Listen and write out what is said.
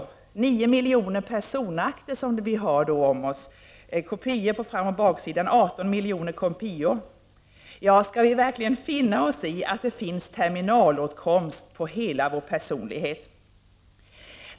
Med 9 miljoner personakter blir det 18 miljoner kopior med framoch baksidor. Skall vi verkligen finna oss i att det finns ”terminalåtkomst” på hela vår personlighet?